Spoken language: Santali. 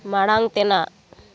ᱢᱟᱲᱟᱝ ᱛᱮᱱᱟᱜ